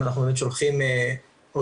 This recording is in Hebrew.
כשאנחנו שולחים את ההודעות,